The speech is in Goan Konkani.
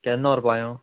केन्ना वोरपा येवं